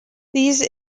these